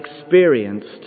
experienced